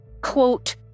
quote